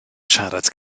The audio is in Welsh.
siarad